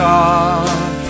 God